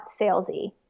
salesy